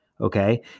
okay